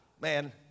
man